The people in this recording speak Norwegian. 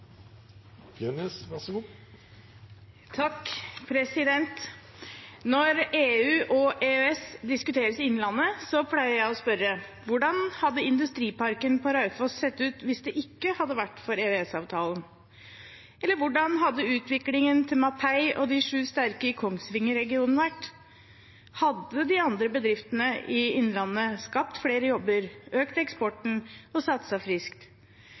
Når EU og EØS diskuteres i Innlandet, pleier jeg å spørre: Hvordan hadde industriparken på Raufoss sett ut hvis det ikke hadde vært for EØS-avtalen? Hvordan hadde utviklingen til Mapei og 7sterke i Kongsvinger-regionen vært? Hadde de andre bedriftene i Innlandet skapt flere jobber, økt eksporten og satset friskt?